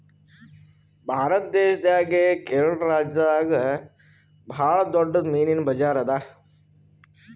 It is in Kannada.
ಭಾರತ್ ದೇಶದಾಗೆ ಕೇರಳ ರಾಜ್ಯದಾಗ್ ಭಾಳ್ ದೊಡ್ಡದ್ ಮೀನಿನ್ ಬಜಾರ್ ಅದಾ